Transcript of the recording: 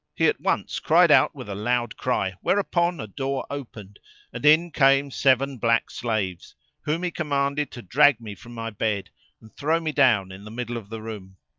he at once cried out with a loud cry, whereupon a door opened and in came seven black slaves whom he commanded to drag me from my bed and throw me down in the middle of the room.